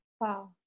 Wow